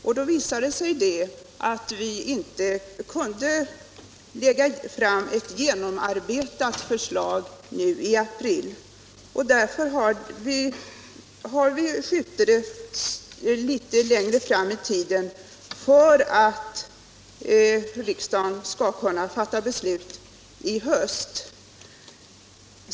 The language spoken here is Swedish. Av den anledningen kunde vi inte lägga fram ett genomarbetat förslag nu i april utan tvingades skjuta det litet längre fram i tiden, men så att riksdagen ändå skall kunna fatta beslut i höst.